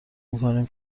میکنیم